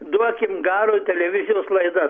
duokim garo televizijos laida